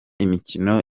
imikino